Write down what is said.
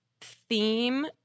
theme